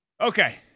Okay